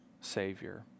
savior